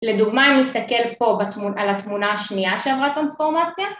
‫לדוגמא, אם נסתכל פה ‫על התמונה השנייה שעברה הטרנספורמציה.